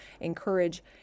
encourage